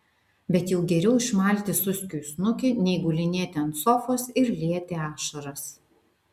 bet jau geriau išmalti suskiui snukį nei gulinėti ant sofos ir lieti ašaras